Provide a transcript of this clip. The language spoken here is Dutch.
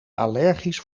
allergisch